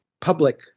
public